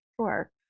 Sure